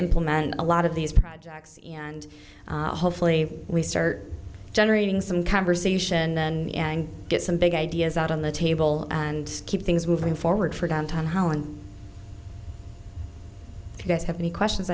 implement a lot of these projects and hopefully we start generating some conversation and get some big ideas out on the table and keep things moving forward for damn time holland you guys have any questions